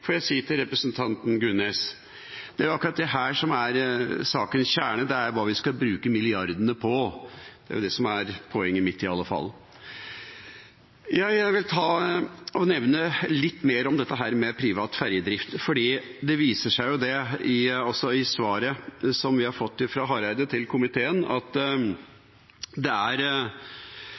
jeg si til representanten Gunnes. Det er akkurat dette som er sakens kjerne – det er hva vi skal bruke milliardene på. Det er det som er poenget mitt, i alle fall. Jeg vil si litt mer om dette med privat ferjedrift, for det viser seg, i svaret fra statsråd Hareide til komiteen, at det betyr veldig mye for finansieringsopplegget for prosjektet. Det er